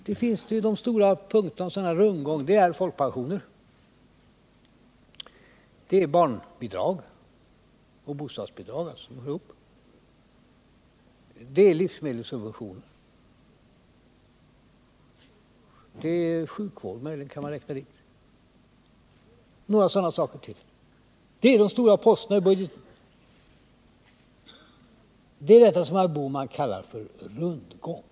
De stora punkterna när det gäller en sådan här rundgång är folkpensioner, det är barnbidrag och bostadsbidrag, vilka hör ihop, det är livsmedelssubventioner, det är sjukvård, som man möjligen kan räkna dit, och några sådana saker till. Det är de stora posterna i budgeten, och det är detta som herr Bohman kallar för rundgång.